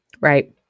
Right